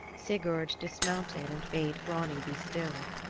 sigurd dismounted and bade grani be still.